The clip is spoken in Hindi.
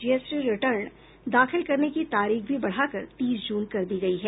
जीएसटी रिटर्न दाखिल करने की तारीख भी बढ़ाकर तीस जून कर दी गयी है